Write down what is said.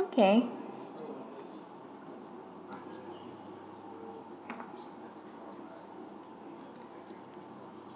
okay